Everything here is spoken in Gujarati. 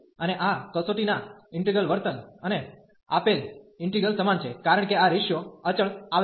અને આ કસોટી ના ઈન્ટિગ્રલ વર્તન અને આપેલ ઇન્ટિગલ સમાન છે કારણ કે આ રેશીયો અચળ આવે છે